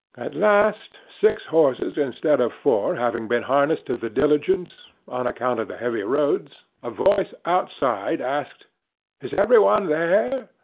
at last, six horses instead of four having been harnessed to the diligence, on account of the heavy roads, a voice outside asked is every one there?